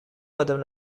madame